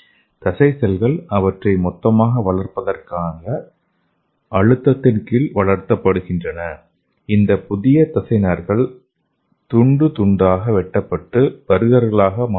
தசை செல்கள் அவற்றை மொத்தமாக வளர்ப்பதற்கான அழுத்தத்தின் கீழ் வளர்க்கப்படுகின்றன இந்த புதிய தசை நார்கள் துண்டாக வெட்டப்பட்டு பர்கர்களாக மாற்றப்படும்